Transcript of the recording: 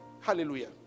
Hallelujah